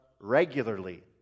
regularly